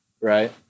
Right